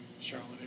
Charlotte